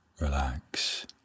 Relax